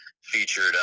featured